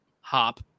hop